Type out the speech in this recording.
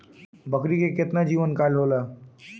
बकरी के केतना जीवन काल होला?